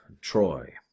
Troy